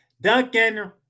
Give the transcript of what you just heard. Duncan